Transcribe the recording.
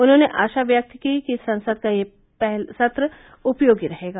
उन्होंने आशा व्यक्त की कि संसद का यह सत्र उपयोगी रहेगा